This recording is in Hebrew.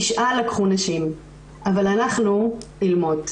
תשעה לקחו נשים אבל אנחנו אילמות,